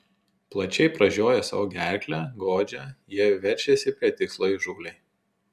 plačiai pražioję savo gerklę godžią jie veržiasi prie tikslo įžūliai